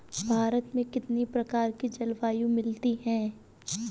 भारत में कितनी प्रकार की जलवायु मिलती है?